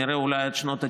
כנראה אולי עד שנות התשעים,